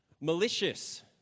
malicious